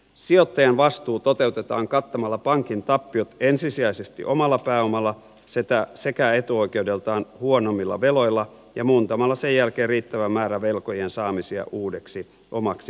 sijoittajan vastuu toteutetaan kattamalla pankin tappiot ensisijaisesti omalla pääomalla sekä etuoikeudeltaan huonommilla veloilla ja muuntamalla sen jälkeen riittävä määrä velkojien saamisia uudeksi omaksi pääomaksi